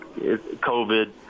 COVID